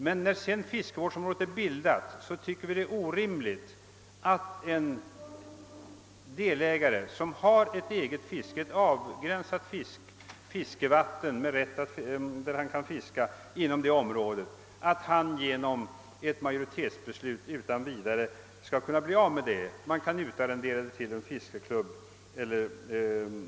Men när fiskevårdsområdet är bildat tycker vi det är orimligt att en delägare som har ett avgränsat fiskevatten kan bli av med rätten att fiska däri genom ett majoritetsbeslut om att fisket exempelvis kan utarrenderas till en fiskeklubb.